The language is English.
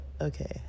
okay